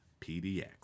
PDX